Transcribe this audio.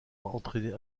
entraîné